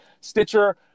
Stitcher